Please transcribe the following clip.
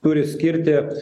turi skirti